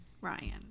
Ryan